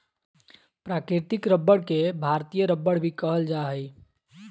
प्राकृतिक रबर के भारतीय रबर भी कहल जा हइ